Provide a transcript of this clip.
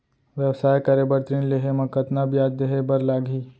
व्यवसाय करे बर ऋण लेहे म कतना ब्याज देहे बर लागही?